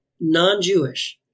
non-Jewish